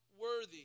worthy